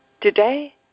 Today